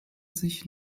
sich